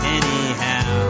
anyhow